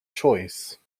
choice